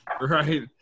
Right